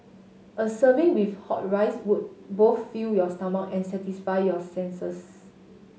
a serving with hot rice would both fill your stomach and satisfy your senses